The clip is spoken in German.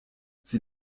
sie